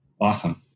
Awesome